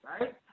right